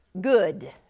good